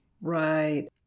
right